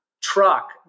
truck